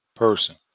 person